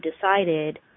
decided